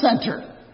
center